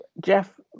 Jeff